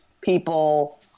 people –